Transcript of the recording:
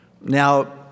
Now